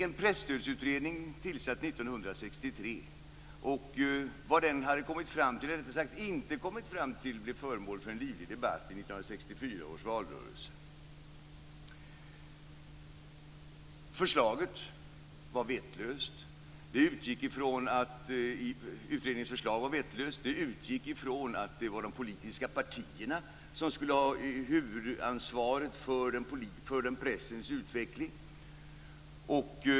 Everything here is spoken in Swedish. En presstödsutredning tillsattes 1963. Vad den kom fram till, eller rättare sagt inte kom fram till, blev föremål för en livlig debatt i 1964 års valrörelse. Utredningsförslaget var vettlöst. Det utgick ifrån att de politiska partierna skulle ha huvudansvaret för pressens utveckling.